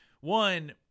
One